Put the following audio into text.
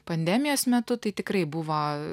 pandemijos metu tai tikrai buvo